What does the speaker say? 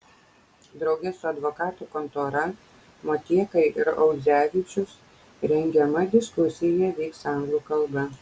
drauge su advokatų kontora motieka ir audzevičius rengiama diskusija vyks anglų kalba